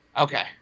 Okay